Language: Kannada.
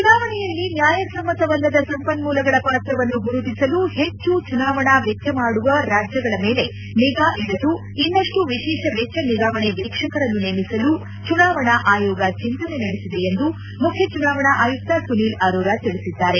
ಚುನಾವಣೆಯಲ್ಲಿ ನ್ಕಾಯಸಮ್ಮತವಲ್ಲದ ಸಂಪನ್ಮೂಲಗಳ ಪಾತ್ರವನ್ನು ಗುರುತಿಸಲು ಹೆಚ್ಚ ಚುನಾವಣಾ ವೆಚ್ಚ ಮಾಡುವ ರಾಜ್ಯಗಳ ಮೇಲೆ ನಿಗಾ ಇಡಲು ಇನ್ನಷ್ಟು ವಿಶೇಷ ವೆಚ್ಚ ನಿಗಾವಣೆ ವೀಕ್ಷಕರನ್ನು ನೇಮಿಸಲು ಚುನಾವಣಾ ಆಯೋಗ ಚಿಂತನೆ ನಡೆಸಿದೆ ಎಂದು ಮುಖ್ಯ ಚುನಾವಣಾ ಆಯುಕ್ತ ಸುನೀಲ್ ಅರೊರಾ ತಿಳಿಸಿದ್ದಾರೆ